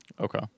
Okay